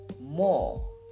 more